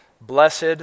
Blessed